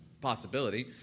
possibility